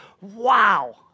wow